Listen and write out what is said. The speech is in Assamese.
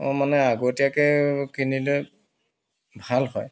অ' মানে আগতীয়াকৈ কিনিলে ভাল হয়